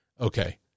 okay